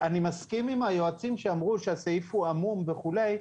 אני מסכים עם היועצים שאמרו שהסעיף הוא עמום וכולי,